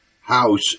house